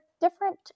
different